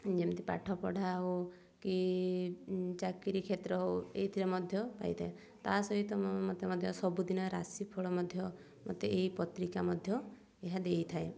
ଯେମିତି ପାଠପଢ଼ା ହଉ କି ଚାକିରୀ କ୍ଷେତ୍ର ହଉ ଏଇଥିରେ ମଧ୍ୟ ପାଇଥାଏ ତା ସହିତ ମତେ ମଧ୍ୟ ସବୁଦିନ ରାଶିଫଳ ମଧ୍ୟ ମତେ ଏଇ ପତ୍ରିକା ମଧ୍ୟ ଏହା ଦେଇଥାଏ